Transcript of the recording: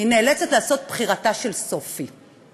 היא נאלצת לעשות "בחירתה של סופי".